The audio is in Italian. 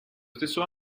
stesso